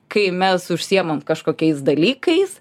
kai mes užsiimam kažkokiais dalykais